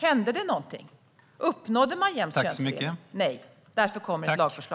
Hände det någonting? Uppnådde man jämn könsfördelning? Nej. Därför kommer ett lagförslag.